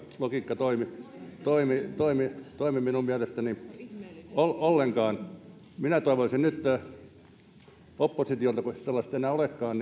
logiikka toimi toimi minun mielestäni ollenkaan minä toivoisin nyt kuitenkin oppositiolta vaikka sellaista ei enää olekaan